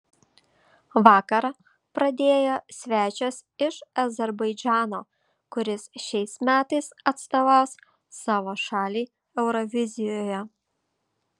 vakarą pradėjo svečias iš azerbaidžano kuris šiais metais atstovaus savo šaliai eurovizijoje